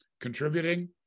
contributing